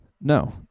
No